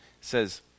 says